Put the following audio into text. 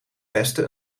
beste